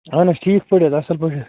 اَہَن حظ ٹھیٖک پٲٹھۍ حظ اَصٕل پٲٹھۍ ہا